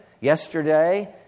yesterday